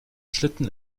schlitten